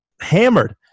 hammered